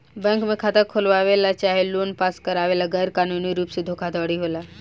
bank में खाता खोलवावे ला चाहे लोन पास करावे ला गैर कानूनी रुप से धोखाधड़ी होला